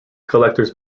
collectors